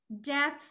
death